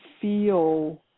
feel